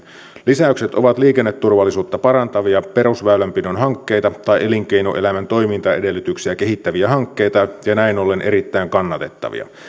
lisäykset ovat liikenneturvallisuutta parantavia perusväylänpidon hankkeita tai elinkeinoelämän toimintaedellytyksiä kehittäviä hankkeita ja näin ollen erittäin kannatettavia